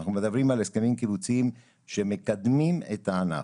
אנחנו מדברים על הסכמים קיבוציים שמקדמים את הענף.